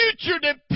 future